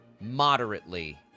moderately